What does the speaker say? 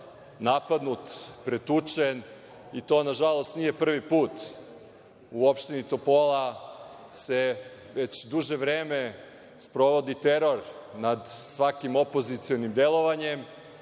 napadnut, pretučen i to, nažalost, nije prvi put. U opštini Topola se već duže vreme sprovodi teror nad svakim opozicionim delovanjem